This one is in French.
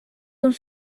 dans